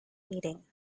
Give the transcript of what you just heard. meeting